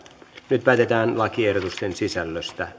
nyt päätetään lakiehdotusten sisällöstä